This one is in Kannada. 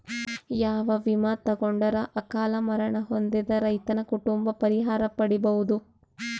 ಯಾವ ವಿಮಾ ತೊಗೊಂಡರ ಅಕಾಲ ಮರಣ ಹೊಂದಿದ ರೈತನ ಕುಟುಂಬ ಪರಿಹಾರ ಪಡಿಬಹುದು?